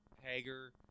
Hager